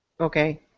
okay